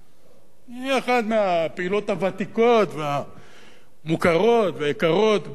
היא אחת מהפעילות הוותיקות והמוכרות והיקרות בירושלים.